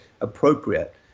appropriate